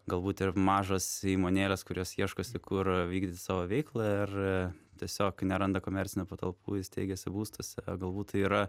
galbūt ir mažos įmonėlės kurios ieškosi kur vykdyti savo veiklą ir tiesiog neranda komercinių patalpų ir steigiasi būstuose galbūt tai yra